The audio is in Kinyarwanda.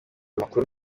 makuru